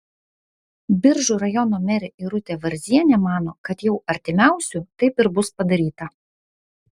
biržų rajono merė irutė varzienė mano kad jau artimiausiu taip ir bus padaryta